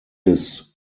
his